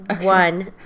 One